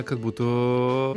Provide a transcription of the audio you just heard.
kad būtų